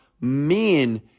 men